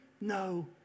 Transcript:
No